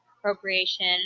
appropriation